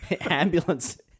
ambulance